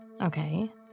Okay